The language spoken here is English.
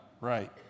right